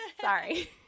Sorry